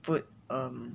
put um